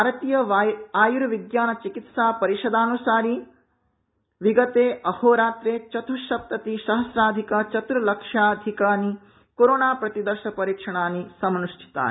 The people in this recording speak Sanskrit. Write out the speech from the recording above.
भारतीयायुर्विज्ञान चिकित्सा परिषदनुसारि विगते अहोरात्रे चतुस्सप्तति सहस्राधिक चतुर्दशलक्षाधिकानि कोरोना प्रतिदर्शपरीक्षणानि समनुष्ठितानि